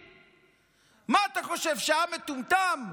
מה אתה חושב, שהעם מטומטם?